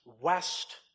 west